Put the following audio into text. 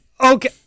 Okay